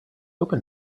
open